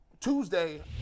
Tuesday